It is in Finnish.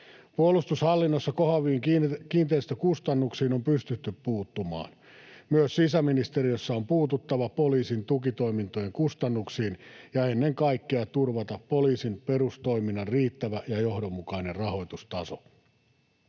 Puolustushallinnossa kohoaviin kiinteistökustannuksiin on pystytty puuttumaan. Myös sisäministeriössä on puututtava poliisin tukitoimintojen kustannuksiin ja ennen kaikkea turvattava poliisin perustoiminnan riittävä ja johdonmukainen rahoitustaso.